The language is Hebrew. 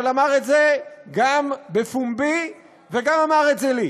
אבל אמר את זה גם בפומבי וגם אמר את זה לי.